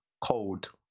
Cold